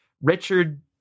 Richard